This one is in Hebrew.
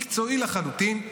מקצועי לחלוטין,